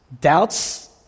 Doubts